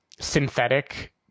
synthetic